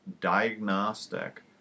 diagnostic